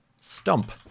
stump